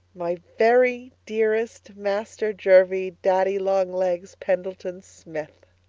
my very dearest master-jervie-daddy-long-legs pendleton-smith,